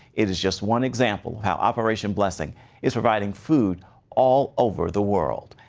it's just one example how operation blessing is providing food all over the world.